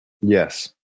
Yes